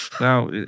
now